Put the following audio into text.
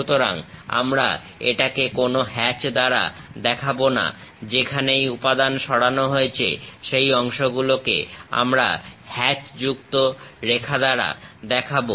সুতরাং আমরা এটাকে কোনো হ্যাচ দ্বারা দেখাবো না যেখানেই উপাদান সরানো হয়েছে সেই অংশগুলোকে আমরা হ্যাচযুক্ত রেখা দ্বারা দেখাবো